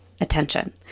attention